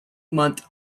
month